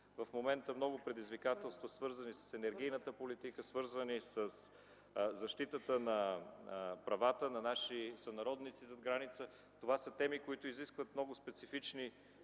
в момента стоят много предизвикателства, свързани с енергийната политика, със защитата на правата на наши сънародници зад граница. Това са теми, които изискват много специфични